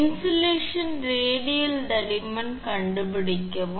insulation radial தடிமன் கண்டுபிடிக்கவும்